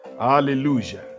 Hallelujah